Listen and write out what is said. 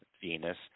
Venus